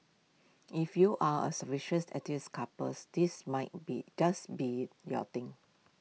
if you are A artsy couples this might be just be your thing